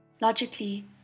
Logically